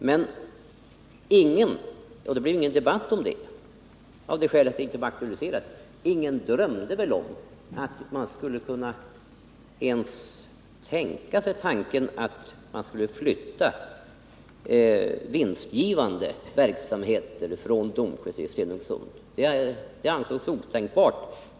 Men ingen drömde väl om att man ens skulle kunna tänka tanken att flytta vinstgivande verksamheter från Domsjö till Stenungsund. Det ansågs otänkbart.